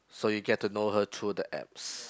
so you get to know her through the apps